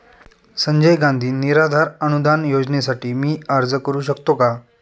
संजय गांधी निराधार अनुदान योजनेसाठी मी अर्ज करू शकतो का?